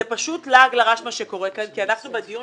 זה פשוט לעג לרש מה שקורה כאן כי אנחנו בדיון